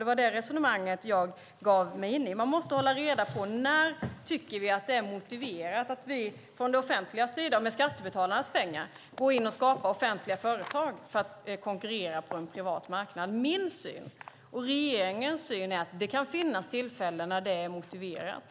Det var detta resonemang jag gav mig in i. Man måste hålla reda på när vi tycker att det är motiverat att vi från den offentliga sidan med skattebetalarnas pengar går in och skapar offentliga företag för att konkurrera på en privat marknad. Min och regeringens syn är att det kan finnas tillfällen när det är motiverat.